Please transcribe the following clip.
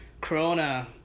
Corona